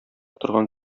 торган